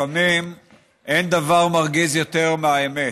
לפעמים אין דבר מרגיז יותר מהאמת.